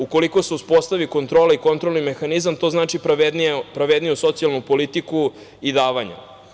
Ukoliko se uspostavi kontrola i kontrolni mehanizam to znači pravedniju socijalnu politiku i davanje.